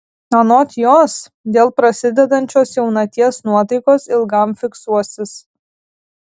anot jos dėl prasidedančios jaunaties nuotaikos ilgam fiksuosis